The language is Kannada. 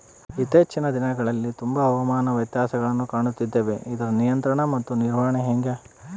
ಇತ್ತೇಚಿನ ದಿನಗಳಲ್ಲಿ ತುಂಬಾ ಹವಾಮಾನ ವ್ಯತ್ಯಾಸಗಳನ್ನು ಕಾಣುತ್ತಿದ್ದೇವೆ ಇದರ ನಿಯಂತ್ರಣ ಮತ್ತು ನಿರ್ವಹಣೆ ಹೆಂಗೆ?